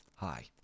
Hi